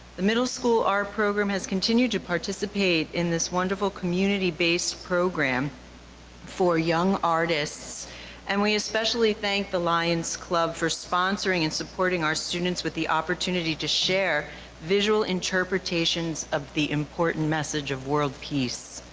the middle school art program has continued to participate in this wonderful community based program for young artists and we especially thank the lions club for sponsoring and supporting our students with the opportunity to share visual interpretations of the important message of world peace.